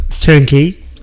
turnkey